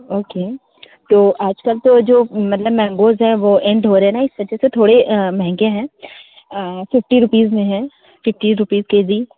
okay तो आज कल तो जो मतलब मैंगोज़ हैं वे एंड हो रहे हैं ना इस वजह से थोड़े महंगे हैं फिफ्टी रूपीज़ में है फिफ्टी रूपीज़ के जी